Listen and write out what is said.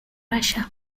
russia